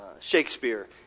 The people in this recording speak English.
Shakespeare